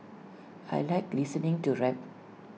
I Like listening to rap